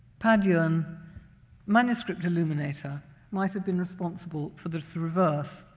paduan manuscript illuminator might've been responsible for this reverse.